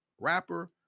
rapper